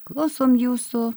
klausom jūsų